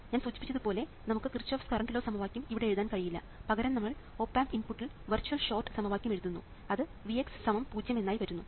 ഞാൻ സൂചിപ്പിച്ചതുപോലെ നമുക്ക് കിർച്ച്ഹോഫ്സ് കറണ്ട് ലോ സമവാക്യം ഇവിടെ എഴുതാൻ കഴിയില്ല പകരം നമ്മൾ ഓപ് ആമ്പ് ഇൻപുട്ടിൽ വെർച്വൽ ഷോർട്ട് സമവാക്യം എഴുതുന്നു അത് Vx 0 എന്നായി വരുന്നു